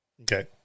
okay